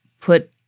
put